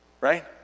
Right